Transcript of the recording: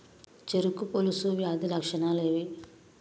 చెరుకు పొలుసు వ్యాధి లక్షణాలు ఏవి?